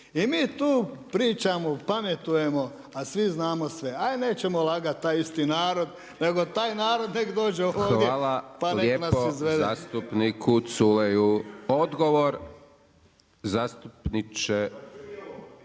I mi tu pričamo pametujemo, a svi znamo sve, ajd nećemo lagati taj isti narod nego taj narod nek dođe ovdje pa nek nas izvede. **Hajdaš Dončić, Siniša (SDP)** Hvala lijepo zastupniku Culeju. Odgovor zastupnik